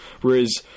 Whereas